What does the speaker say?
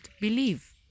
believe